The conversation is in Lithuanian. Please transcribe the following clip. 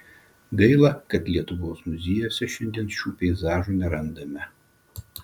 gaila kad lietuvos muziejuose šiandien šių peizažų nerandame